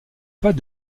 pas